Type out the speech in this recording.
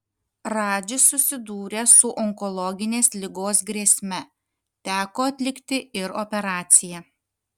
radžis susidūrė su onkologinės ligos grėsme teko atlikti ir operaciją